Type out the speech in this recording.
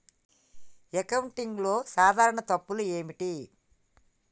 అకౌంటింగ్లో సాధారణ తప్పులు ఏమిటి?